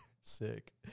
sick